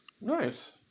Nice